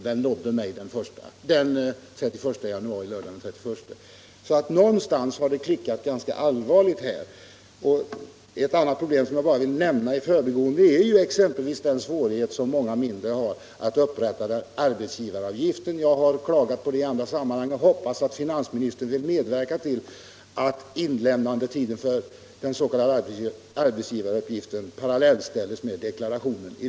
— Det beskedet nådde mig lördagen den 31 januari. Någonstans har det alltså klickat ganska allvarligt. Ett annat problem, som jag bara vill nämna i förbigående, är den svårighet som många småföretagare har att upprätta arbetsgivaruppgiften. Jag har klagat på det i andra sammanhang, och jag hoppas att finansministern vill medverka till att inlämnandetiden för den s.k. arbetsgivaruppgiften parallellställs med inlämnandetiden för deklarationen.